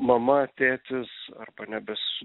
mama tėtis arba nebes